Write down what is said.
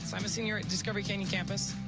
so i'm a senior at discovery canyon campus.